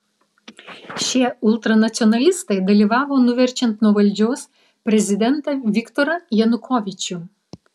šie ultranacionalistai dalyvavo nuverčiant nuo valdžios prezidentą viktorą janukovyčių